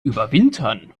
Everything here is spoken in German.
überwintern